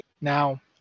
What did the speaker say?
Now